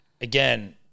again